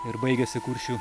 ir baigėsi kuršių